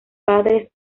padres